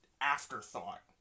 afterthought